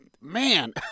Man